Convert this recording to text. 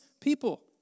people